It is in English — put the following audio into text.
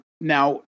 now